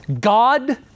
God